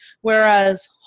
Whereas